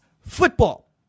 football